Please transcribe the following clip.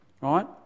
right